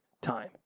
time